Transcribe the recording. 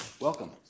welcome